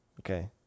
okay